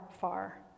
far